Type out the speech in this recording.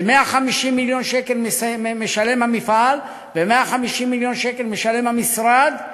כאשר 150 מיליון שקל משלם המפעל ו-150 מיליון שקל משלם המשרד.